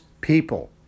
people